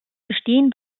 bestehen